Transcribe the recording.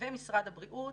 ומשרד הבריאות,